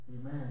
Amen